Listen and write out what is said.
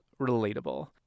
relatable